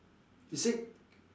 you say